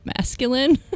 masculine